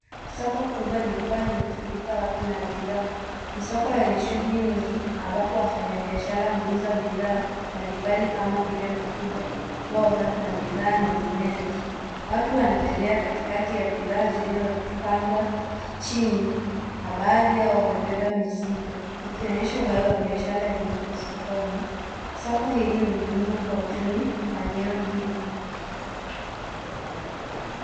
Soko kubwa lilikuwa limefurika watu na bidhaa. Ni soko lenye shughuli nyingi ambapo wafanyabiashara huuza bidhaa mbalimbali kama vile matunda, mboga na bidhaa nyinginezo. Watu wanatembea katikati ya bidhaa zilizopangwa chini na baadhi yao wamebeba mizigo ikionyesha uhai wa biashara iliyoko sokoni. Soko hili ni muhimu kwa uchumi wa eneo hilo.